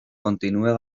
continué